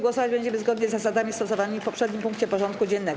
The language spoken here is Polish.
Głosować będziemy zgodnie z zasadami stosowanymi w poprzednim punkcie porządku dziennego.